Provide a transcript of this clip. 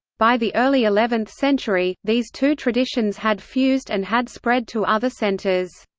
by the early eleventh century, these two traditions had fused and had spread to other centres.